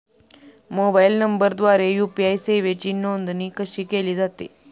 Mobile नंबरद्वारे UPI सेवेची नोंदणी कशी केली जाते?